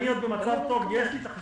אני עוד במצב טוב יש לי החסכונות.